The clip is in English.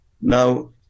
Now